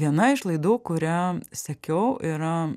viena iš laidų kurią sekiau yra